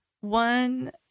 one